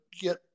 get